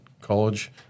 college